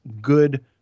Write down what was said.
good